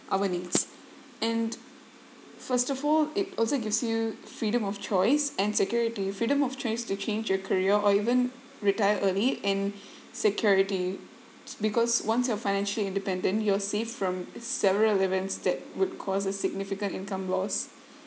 our needs and first of all it also gives you freedom of choice and security freedom of choice to change your career or even retire early and security because once you're financially independent you're safe from several events that would cause a significant income loss